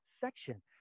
section